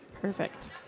Perfect